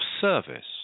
service